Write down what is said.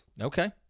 Okay